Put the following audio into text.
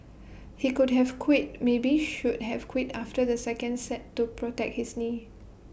he could have quit maybe should have quit after the second set to protect his knee